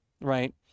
Right